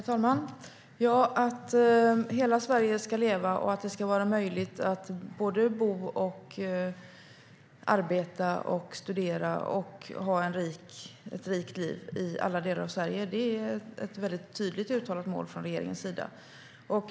Herr talman! Att hela Sverige ska leva och att det ska vara möjligt att bo, arbeta, studera och ha ett rikt liv i alla delar av Sverige är ett tydligt uttalat mål för regeringen.